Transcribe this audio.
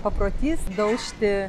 paprotys daužti